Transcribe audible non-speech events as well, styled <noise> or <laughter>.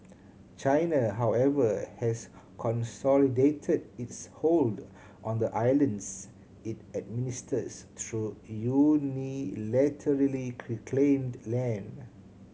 China however has consolidated its hold on the islands it administers through unilaterally <unintelligible> claimed land